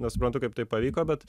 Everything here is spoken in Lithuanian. nesuprantu kaip tai pavyko bet